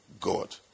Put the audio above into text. God